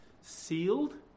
sealed